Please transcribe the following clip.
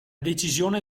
decisione